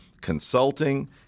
consulting